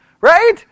Right